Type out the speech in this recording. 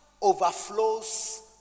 overflows